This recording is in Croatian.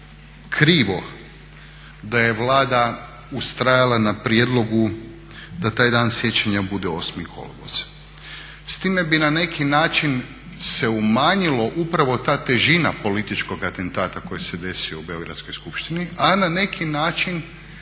da je Vlada ustrajala na prijedlogu da taj Dan sjećanja bude 8. kolovoz. S time bi na neki način se umanjilo upravo ta težina političkog atentata koji se desio u beogradskoj Skupštini, a na neki način